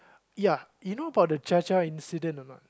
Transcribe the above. ya you know about the cha-cha incident or not